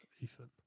Ethan